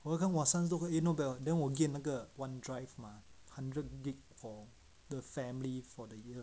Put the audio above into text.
我跟我三十多块 eh not bad [what] then 我 get 那个 OneDrive mah hundred gig for the family for the year